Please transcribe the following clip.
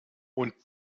und